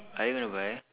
are you going to buy